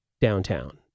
downtown